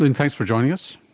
and thanks for joining us.